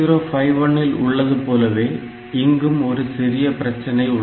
8051 இல் உள்ளது போலவே இங்கும் ஒரு சிறிய பிரச்சனை உள்ளது